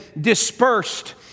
dispersed